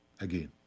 again